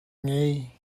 ngei